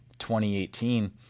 2018